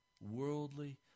worldly